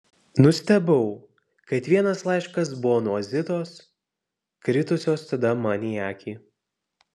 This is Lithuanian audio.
nustebau kad vienas laiškas buvo nuo zitos kritusios tada man į akį